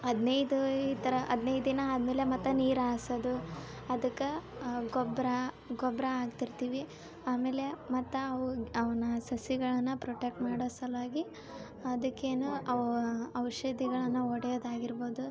ಹದಿನೈದು ಈ ಥರ ಹದಿನೈದು ದಿನ ಆದ್ಮೇಲೆ ಮತ್ತ ನೀರು ಹಾಸೋದು ಅದಕ್ಕೆ ಗೊಬ್ಬರ ಗೊಬ್ಬರ ಹಾಕ್ತಿರ್ತೀವಿ ಆಮೇಲೆ ಮತ್ತ ಅವು ಅವನ್ನ ಸಸಿಗಳನ್ನ ಪ್ರೊಟೆಕ್ಟ್ ಮಾಡೋ ಸಲುವಾಗಿ ಅದಕ್ಕೇನು ಔಷಧಿಗಳನ್ನ ಹೊಡೆಯೋದಾಗಿರ್ಬೋದು